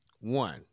One